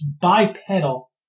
bipedal